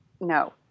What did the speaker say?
no